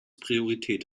priorität